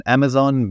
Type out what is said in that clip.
Amazon